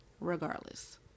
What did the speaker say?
regardless